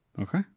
Okay